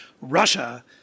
Russia